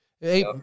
Hey